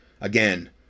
again